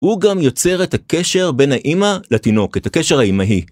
הוא גם יוצר את הקשר בין האמא לתינוק, את הקשר האמהי.